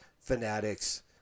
fanatics